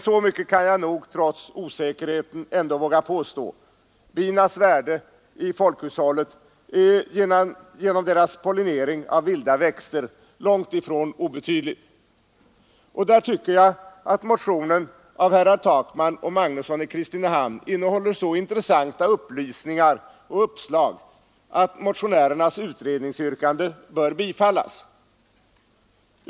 Så mycket kan jag nog trots osäkerheten ändå våga påstå: binas värde i folkhushållet är genom deras pollinering av vilda växter långt ifrån obetydligt! Där tycker jag att motionen av herrar Takman och Magnusson i Kristinehamn innehåller så intressanta upplysningar och uppslag att motionärernas utredningsyrkande bör bifallas.